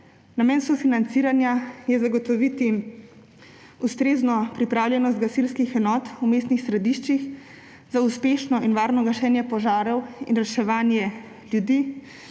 Namen sofinanciranja je zagotoviti ustrezno pripravljenost gasilskih enot v mestnih središčih za uspešno in varno gašenje požarov in reševanje ljudi